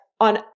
on